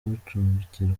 bacumbikirwa